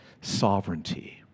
sovereignty